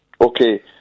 Okay